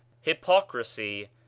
hypocrisy